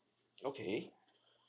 okay